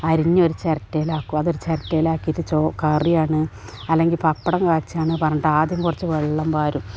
അരിഞ്ഞൊരു ചിരട്ടയിലാക്കു അതൊരു ചിരട്ടയിലാക്കിയിട്ട് ചോ കറിയാണ് അല്ലെങ്കിൽ പപ്പടം കാച്ചുകയെന്നു പറഞ്ഞിട്ട് ആദ്യം കുറച്ചു വെള്ളം പാരും